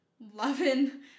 loving